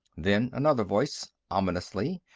then another voice ominously.